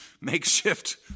makeshift